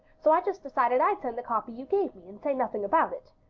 so i just decided i'd send the copy you gave me, and say nothing about it.